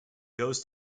goes